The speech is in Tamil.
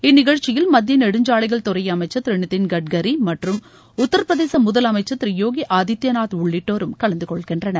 இந்நிகழ்ச்சியில் மத்திய நெடுஞ்சாலைகள் துறை அமைச்சர் திரு நிதின் கட்கரி மற்றும் உத்தர பிரதேச முதலமைச்சர் திரு யோகி ஆதித்யநாத் உள்ளிட்டோரும் கலந்துகொள்கின்றனர்